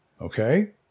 okay